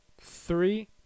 three